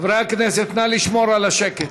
נא לשמור על השקט.